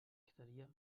quedaria